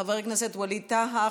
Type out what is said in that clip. חבר הכנסת ווליד טאהא,